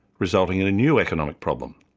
resulting in a new economic problem.